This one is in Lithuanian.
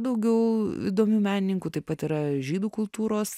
daugiau įdomių menininkų taip pat yra žydų kultūros